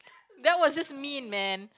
that wasn't mean man